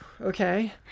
Okay